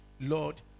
Lord